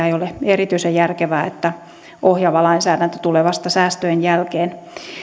ei ole erityisen järkevää että ohjaava lainsäädäntö tulee vasta säästöjen jälkeen